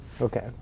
Okay